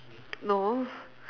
no